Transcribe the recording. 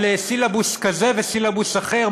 על סילבוס כזה וסילבוס אחר,